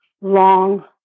long